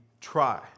try